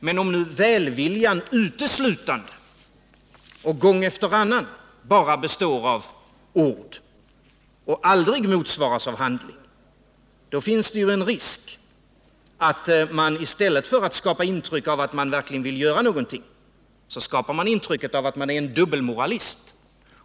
Men om nu välviljan uteslutande och gång efter annan bara består av ord och aldrig motsvaras av handling, då finns det risk att man i stället för att skapa intryck av att man verkligen vill göra någonting skapar intryck av att man är en dubbelmoralist.